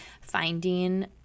finding